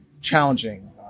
challenging